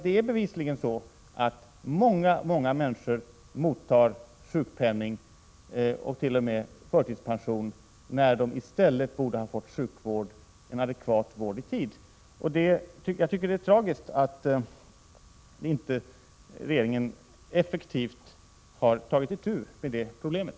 Det är bevisligen så att många människor uppbär sjukpenning och t.o.m. förtidspension när de i stället borde ha fått en adekvat sjukvård i tid. Jag tycker att det är tragiskt att regeringen inte effektivt har tagit itu med det problemet.